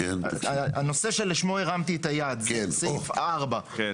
הנושא שלשמו הרמתי את היד זה סעיף (4).